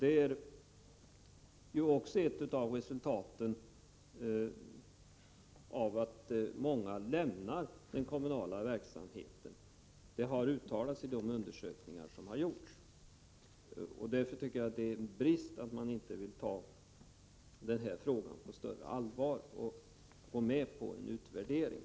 Det är en av orsakerna till att många lämnar den kommunala verksamheten. Detta har uttalats i de undersökningar som har gjorts. Jag anser därför att det är en brist att man inte vill ta denna fråga på större allvar och gå med på en utvärdering.